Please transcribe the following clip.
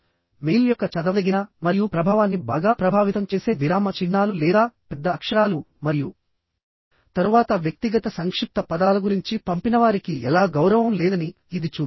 mail యొక్క చదవదగిన మరియు ప్రభావాన్ని బాగా ప్రభావితం చేసే విరామ చిహ్నాలు లేదా పెద్ద అక్షరాలు మరియు తరువాత వ్యక్తిగత సంక్షిప్త పదాల గురించి పంపినవారికి ఎలా గౌరవం లేదని ఇది చూపిస్తుంది